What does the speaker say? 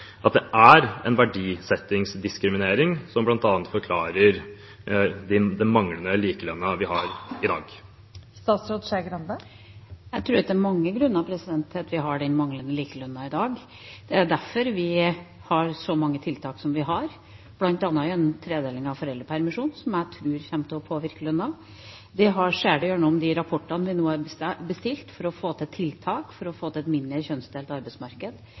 at det er en verdisettingsdiskriminering, som bl.a. forklarer den manglende likelønna vi har i dag? Jeg tror det er mange grunner til at vi har manglende likelønn i dag. Det er derfor vi har så mange tiltak som vi har, bl.a. gjennom en tredeling av foreldrepermisjonen, som jeg tror kommer til å påvirke lønna. Vi ser det gjennom de rapportene vi nå har bestilt, for å få til tiltak for å få et mindre kjønnsdelt arbeidsmarked.